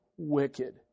Wicked